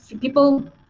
people